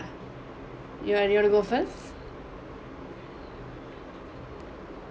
you want you want to go first